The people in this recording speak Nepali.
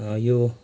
यो